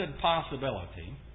possibility